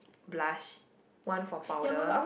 blush one for powder